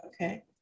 okay